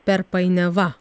per painiava